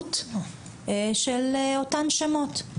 האיות של אותם שמות.